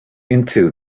into